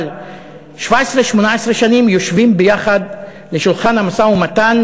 אבל 18-17 שנים יושבים ביחד לשולחן המשא-ומתן,